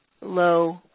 low